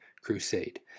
crusade